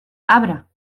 abra